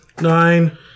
nine